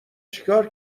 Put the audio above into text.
چیکار